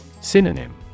Synonym